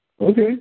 Okay